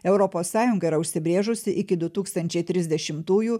europos sąjunga yra užsibrėžusi iki du tūkstančiai trisdešimtųjų